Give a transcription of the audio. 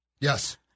Yes